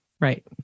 right